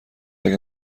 اگر